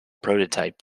prototype